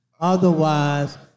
Otherwise